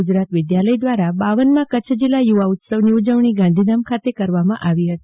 ગુજરાત વિદ્યાલય દ્વારા બાવનમાં કચ્છ જીલ્લા યુવા ઉત્સવની ઉજવણી ગાંધીધામ ખાતે કરવામાં આવી હતી